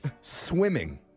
swimming